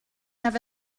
have